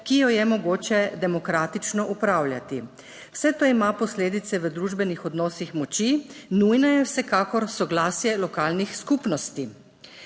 ki jo je mogoče demokratično upravljati. Vse to ima posledice v družbenih odnosih moči, nujno je vsekakor soglasje lokalnih skupnosti.